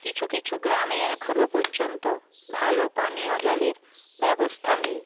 কিছু কিছু গ্রামে এখনও পর্যন্ত ভালো পানীয় জলের ব্যবস্থা নেই